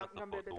גם בהיבט השפות?